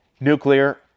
nuclear